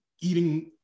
eating